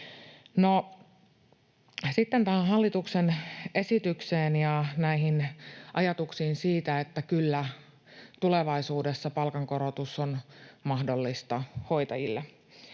sitten tähän hallituksen esitykseen ja näihin ajatuksiin siitä, että kyllä tulevaisuudessa palkankorotus on mahdollista hoitajille.